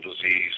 disease